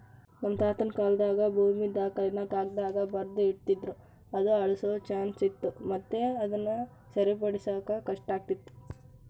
ನಮ್ ತಾತುನ ಕಾಲಾದಾಗ ಭೂಮಿ ದಾಖಲೆನ ಕಾಗದ್ದಾಗ ಬರ್ದು ಇಡ್ತಿದ್ರು ಅದು ಅಳ್ಸೋ ಚಾನ್ಸ್ ಇತ್ತು ಮತ್ತೆ ಅದುನ ಸರಿಮಾಡಾಕ ಕಷ್ಟಾತಿತ್ತು